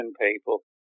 people